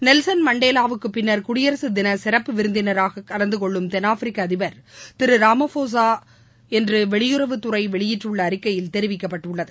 Nelson மண்டேலாவுக்கு பின்னர் குடியரசுத் தின சிறப்பு விருந்தினராக கலந்துகொள்ளும் தென்னாப்பிரிக்க அதிபர் திரு ராமபோஸா என்று வெளியுறவுத் துறை வெளியிட்டுள்ள அறிக்கையில் தெரிவிக்கப்பட்டுள்ளது